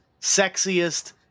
sexiest